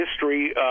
history